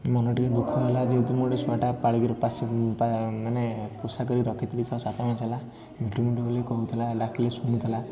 ମନ ଟିକିଏ ଦୁଃଖ ହେଲା ଯେହେତୁ ମୁଁ ଗୋଟେ ଶୁଆଟାକୁ ପାଳିକରି ପାଶେ ମାନେ ପୋଷାକରି ରଖିଥିଲି ଛଅ ସାତ ମାସେ ହେଲା ମିଟୁ ମିଟୁ ବୋଲି କହୁଥିଲା ଡାକିଲେ ଶୁଣୁଥିଲା